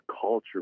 culture